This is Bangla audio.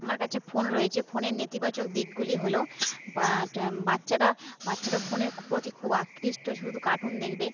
আমার কাছে ফোন রয়েছে ফোনের নেতিবাচক দিকগুলি হল বাচ্চারা বাচ্চারা ফোনের প্রতি খুব আকৃষ্ট শুধু কার্টুন দেখবে